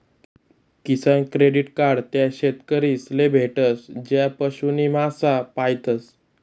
किसान credit card त्या शेतकरीस ले भेटस ज्या पशु नी मासा पायतस